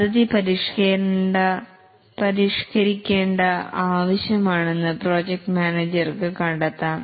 പദ്ധതി പരിഷ്കരിക്കേണ്ട ആവശ്യമാണെന്ന് പ്രോജക്റ്റ് മാനേജർക്ക് കണ്ടെത്താം